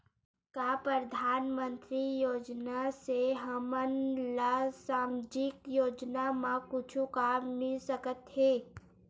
का परधानमंतरी योजना से हमन ला सामजिक योजना मा कुछु काम मिल सकत हे?